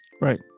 Right